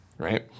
right